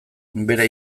bera